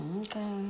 Okay